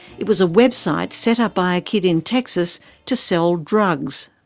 it was a website set up by a kid in texas to sell drugs.